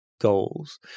goals